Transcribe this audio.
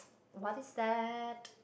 what is that